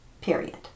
period